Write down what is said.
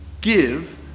give